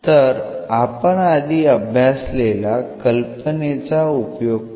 तर आपण आधी अभ्यासलेल्या कल्पनेचा उपयोग करू